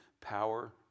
power